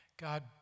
God